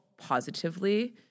positively